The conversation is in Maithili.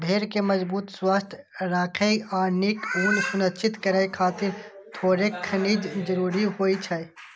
भेड़ कें मजबूत, स्वस्थ राखै आ नीक ऊन सुनिश्चित करै खातिर थोड़ेक खनिज जरूरी होइ छै